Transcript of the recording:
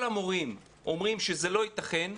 כל המורים אומרים שזה לא יתכן.